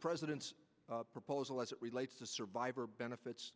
president's proposal as it relates to survivor benefits